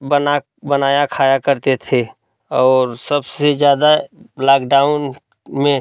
बना बनाया खाया करते थे और सबसे ज़्यादा लाकडाउन में